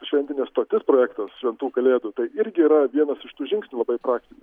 šventinė stotis projektas šventų kalėdų tai irgi yra vienas iš tų žingsnių labai praktinių